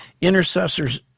intercessors